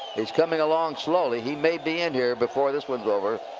he's coming along slowly. he may be in here before this one's over.